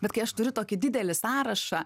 bet kai aš turiu tokį didelį sąrašą